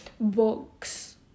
books